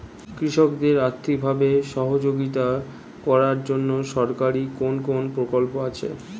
কৃষকদের আর্থিকভাবে সহযোগিতা করার জন্য সরকারি কোন কোন প্রকল্প আছে?